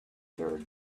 third